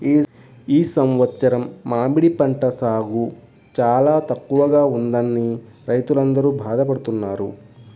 ఈ సంవత్సరం మామిడి పంట సాగు చాలా తక్కువగా ఉన్నదని రైతులందరూ బాధ పడుతున్నారు